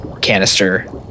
canister